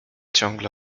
ciągle